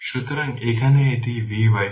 সুতরাং এখানে এটি V 50